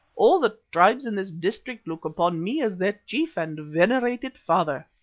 all the tribes in this district look upon me as their chief and venerated father.